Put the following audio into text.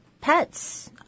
pets